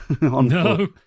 No